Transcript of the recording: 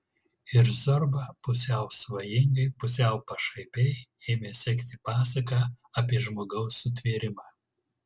ir zorba pusiau svajingai pusiau pašaipiai ėmė sekti pasaką apie žmogaus sutvėrimą